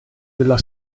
della